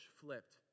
flipped